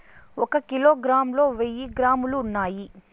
ఒక కిలోగ్రామ్ లో వెయ్యి గ్రాములు ఉన్నాయి